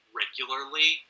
regularly